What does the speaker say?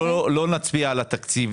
שלא נצביע על התקציב,